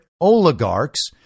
oligarchs